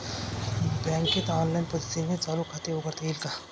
बँकेत ऑनलाईन पद्धतीने चालू खाते उघडता येईल का?